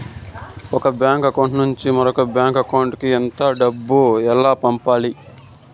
ఒక bank account నుంచి మరొక బ్యాంకు అకౌంట్ కు ఎంత డబ్బు ఎలా పంపాలి